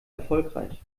erfolgreich